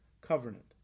covenant